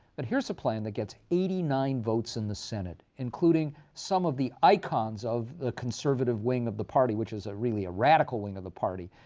but here's the plan that gets eighty nine votes in the senate, including some of the icons of the ah conservative wing of the party which is ah really a radical wing of the party,